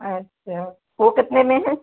अच्छा वो कितने में है